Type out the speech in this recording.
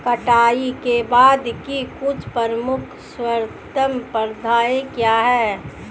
कटाई के बाद की कुछ प्रमुख सर्वोत्तम प्रथाएं क्या हैं?